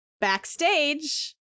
backstage